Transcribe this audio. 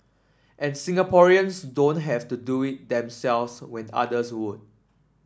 and Singaporeans don't have to do it themselves when others would